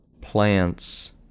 plants